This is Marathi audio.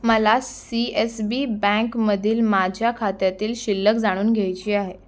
मला सी एस बी बँकमधील माझ्या खात्यातील शिल्लक जाणून घ्यायची आहे